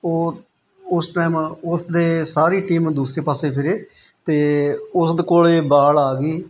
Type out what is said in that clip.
ਉਹ ਉਸ ਟਾਈਮ ਉਸਦੇ ਸਾਰੀ ਟੀਮ ਦੂਸਰੇ ਪਾਸੇ ਫਿਰੇ ਅਤੇ ਉਸਦੇ ਕੋਲ ਬਾਲ ਆ ਗਈ